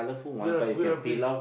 ya lah Kueh-lapis